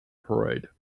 parade